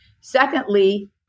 Secondly